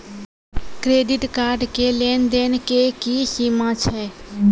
Credit card के लेन देन के की सीमा छै?